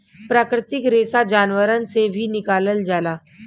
प्राकृतिक रेसा जानवरन से भी निकालल जाला